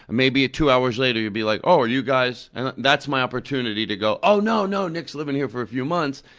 and maybe two hours later you'd be like, oh, are you guys? and that's my opportunity to go, oh, no, no, nick's living here for a few months.